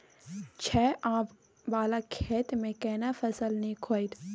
छै ॉंव वाला खेत में केना फसल नीक होयत?